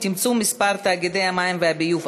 צמצום מספר תאגידי המים והביוב),